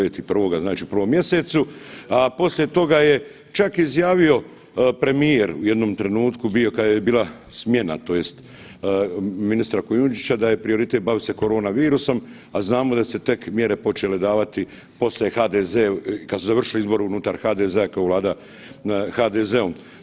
9.1. znači u prvom mjesecu, a poslije toga je čak izjavio premijer u jednom trenutku bio kad je bila smjena tj. ministra Kujundžića da je prioritet bavit se koronavirusom, a znamo da su se tek mjere počele davati poslije HDZ, kad su završili izbori unutar HDZ-a, kad je Vlada, HDZ-om.